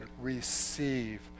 receive